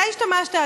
אתה השתמשת,